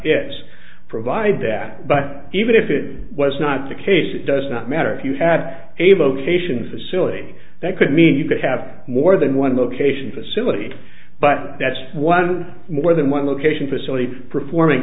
it's provide that but even if it was not the case it does not matter if you had a vocation facility that could mean you could have more than one location facility but that's one more than one location facility performing